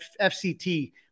FCT